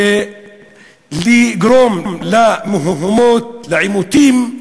לגרום למהומות, לעימותים.